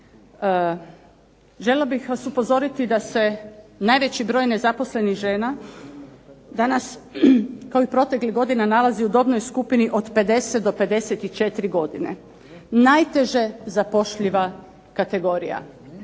Željela bih vas upozoriti da se najveći broj nezaposlenih žena danas kao i proteklih godina nalazi u dobnoj skupini od 50 do 54 godine. Najteže zapošljiva skupina